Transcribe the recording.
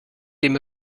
dem